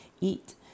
eat